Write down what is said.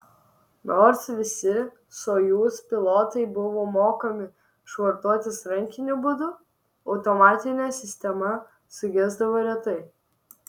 nors visi sojuz pilotai buvo mokomi švartuotis rankiniu būdu automatinė sistema sugesdavo retai